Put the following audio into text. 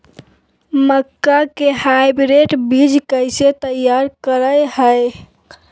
मक्का के हाइब्रिड बीज कैसे तैयार करय हैय?